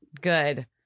Good